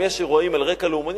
אם יש אירועים על רקע לאומני,